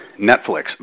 Netflix